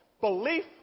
belief